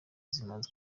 zimaze